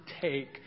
take